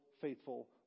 faithful